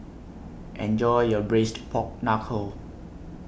Enjoy your Braised Pork Knuckle